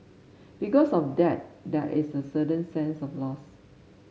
because of that there is a certain sense of loss